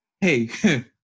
hey